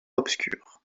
obscur